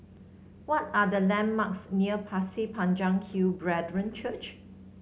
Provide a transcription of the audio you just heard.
what are the landmarks near Pasir Panjang Hill Brethren Church